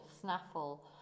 snaffle